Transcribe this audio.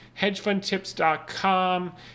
hedgefundtips.com